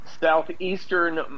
Southeastern